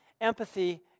empathy